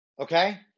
Okay